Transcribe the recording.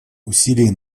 усилий